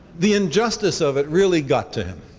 the injustice of it really got to him.